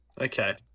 Okay